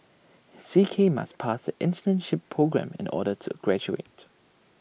C K must pass the internship programme in order to graduate